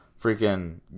freaking